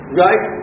right